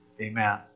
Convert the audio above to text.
Amen